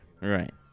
Right